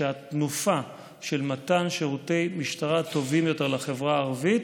שהתנופה של מתן שירותי משטרה טובים יותר לחברה הערבית